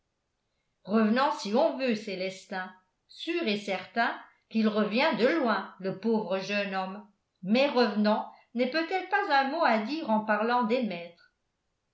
revenant si on veut célestin sûr et certain qu'il revient de loin le pauvre jeune homme mais revenant n'est peut-être pas un mot à dire en parlant des maîtres